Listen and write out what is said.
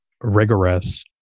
rigorous